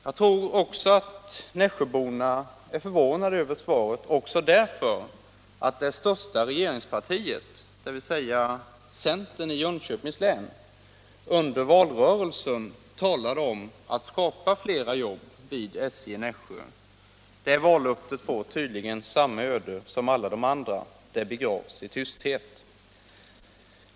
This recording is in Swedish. Jag tror att nässjöborna är förvånade över svaret också därför att det största regeringspartiet, dvs. centern, i Jönköpings län under valrörelsen talade om att skapa flera jobb vid SJ i Nässjö. Det vallöftet får tydligen samma öde som alla de andra — det begravs i tysthet.